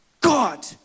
God